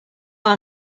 our